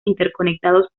interconectados